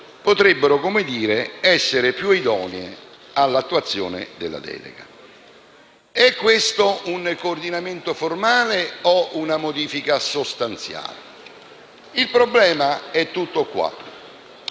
potrebbero essere più idonee all'attuazione della delega. È questo un coordinamento formale o una modifica sostanziale? Il problema è tutto qua.